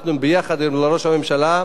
והלכנו יחד לראש הממשלה,